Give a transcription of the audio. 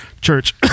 Church